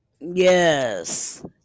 Yes